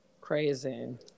Crazy